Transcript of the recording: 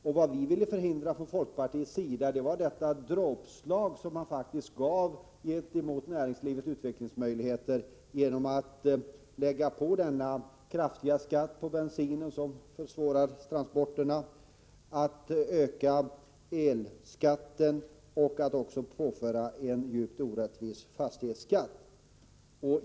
Och vad vi från folkpartiets sida ville förhindra var det dråpslag som man faktiskt utdelade beträffande näringslivets utvecklingsmöjligheter genom den kraftiga ökningen av bensinskatten, som försvårar transporterna, genom höjningen av elskatten och också genom införandet av den djupt orättvisa fastighetsskatten.